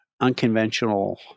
unconventional –